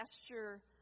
gesture